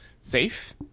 safe